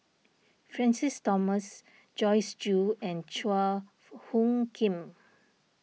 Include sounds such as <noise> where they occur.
Francis Thomas Joyce Jue and Chua <hesitation> Phung Kim